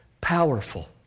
powerful